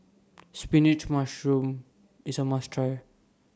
Spinach Mushroom IS A must Try